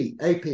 AP